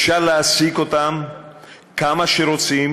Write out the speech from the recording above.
אפשר להעסיק אותם כמה שרוצים,